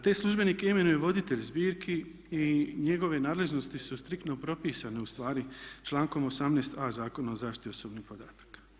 Te službenike imenuje voditelj zbirki i njegove nadležnosti su striktno propisane u stvari člankom 18.a Zakona o zaštiti osobnih podataka.